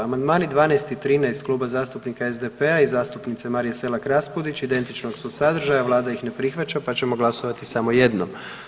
Amandmani 12 i 13 Kluba zastupnika SDP-a i zastupnice Marije Selak Raspudić identičnog su sadržaja, Vlada ih ne prihvaća pa ćemo glasovati samo jednom.